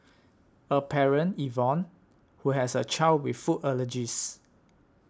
a parent Yvonne who has a child with food allergies